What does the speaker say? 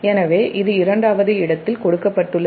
எனவே இது இரண்டாவது இடத்தில் கொடுக்கப்பட்டுள்ளது